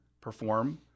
perform